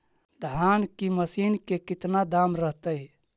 धान की मशीन के कितना दाम रहतय?